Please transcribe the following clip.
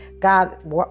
God